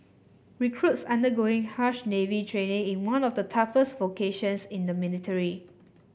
recruits undergoing harsh Navy training in one of the toughest vocations in the military